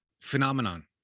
phenomenon